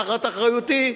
תחת אחריותי,